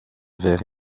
vert